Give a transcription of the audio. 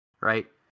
right